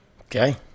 Okay